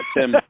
Tim